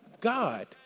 God